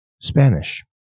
Spanish